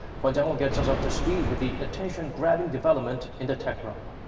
kwon jang-ho gets us up to speed with the attention-grabbing development in the tech realm.